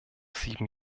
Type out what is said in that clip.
sieben